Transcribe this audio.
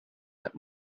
that